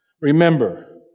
Remember